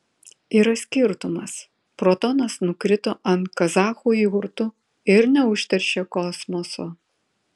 yra skirtumas protonas nukrito ant kazachų jurtų ir neužteršė kosmoso